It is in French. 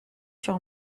sur